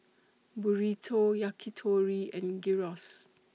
Burrito Yakitori and Gyros